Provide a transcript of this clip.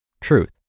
Truth